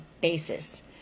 basis